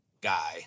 guy